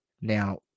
Now